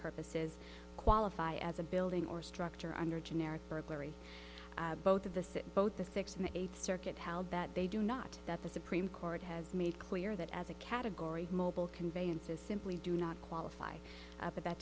purposes qualify as a building or structure under generic burglary both of the sit both the sixth and eighth circuit how that they do not that the supreme court has made clear that as a category mobile conveyances simply do not qualify of that